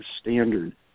standard